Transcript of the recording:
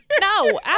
No